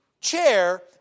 chair